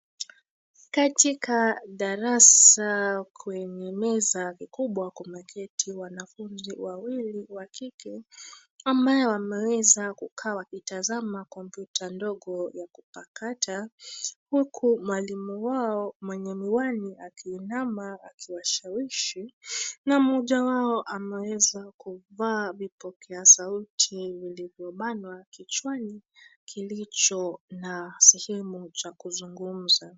Katika darasa kwenye meza kubwa kumeketi wanafunzi wawili wa kike amabao wameweza kukaa wakitazama kompyuta ndogo ya kupakata, huku mwalimu wao mwenye miwani akiinama akiwashawishi na mmoja wao ameweza kuvaa vipokea sauti vilivyo banwa kichwani kilicho na sehemu cha kuzungumza.